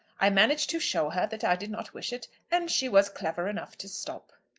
i managed to show her that i did not wish it, and she was clever enough to stop.